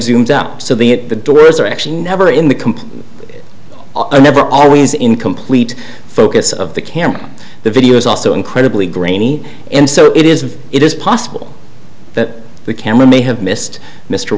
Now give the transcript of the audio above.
zoomed up so be it the doors are actually never in the complete never always in complete focus of the camera the video is also incredibly grainy and so it is it is possible that the camera may have missed mr